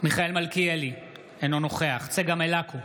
מיכאל מלכיאלי, אינו נוכח צגה מלקו,